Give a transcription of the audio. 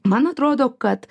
man atrodo kad